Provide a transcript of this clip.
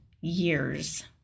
years